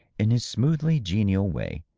in his smoothly genial way,